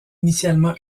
initialement